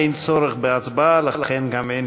אין צורך בהצבעה, לכן גם אין